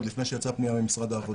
עוד לפני שיצאה פנייה ממשרד העבודה.